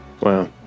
Wow